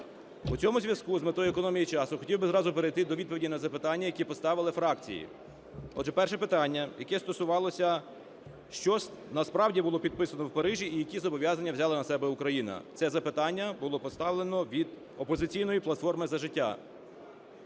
В цьому зв'язку з метою економії часу хотів би зразу перейти до відповіді на запитання, які поставили фракції. Отже, перше питання, яке стосувалося, що насправді було підписано в Парижі і які зобов'язання на себе взяла Україна. Це запитання було поставлено від "Опозиційної платформи – За життя".